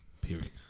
Period